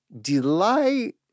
delight